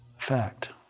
fact